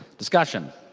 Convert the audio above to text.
discussion?